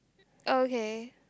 okay